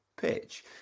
pitch